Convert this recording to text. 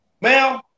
ma'am